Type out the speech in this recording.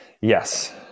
Yes